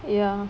ya